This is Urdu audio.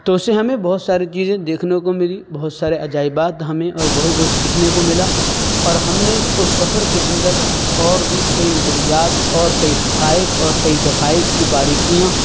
تو اس سے ہمیں بہت ساری چیزیں دیکھنے کو ملی بہت سارے عجائبات ہمیں اور بہت کچھ سیکھنے کو ملا اور ہم نے سفر کے اندر اور بھی کئی نظریات اور کئی حقائق اور کئی دقائق کی باریکیاں